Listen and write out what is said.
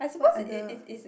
what other